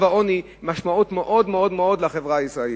העוני משמעותי מאוד מאוד מאוד בחברה הישראלית.